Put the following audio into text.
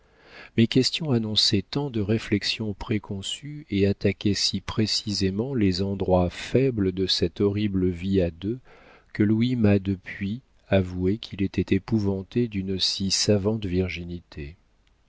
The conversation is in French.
mes questions annonçaient tant de réflexions préconçues et attaquaient si précisément les endroits faibles de cette horrible vie à deux que louis m'a depuis avoué qu'il était épouvanté d'une si savante virginité